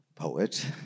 poet